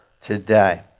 today